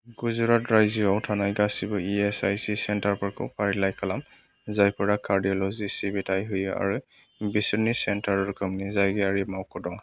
गुजरात रायजोआव थानाय गासिबो इएसआइसि सेन्टारफोरखौ फारिलाइ खालाम जायफोरा कार्डिअलजि सिबिथाय होयो आरो बिसोरनि सेन्टार रोखोमनि जायगायारि मावख' दं